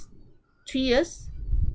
three years